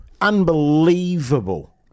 Unbelievable